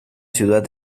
ciudad